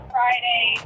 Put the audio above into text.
Friday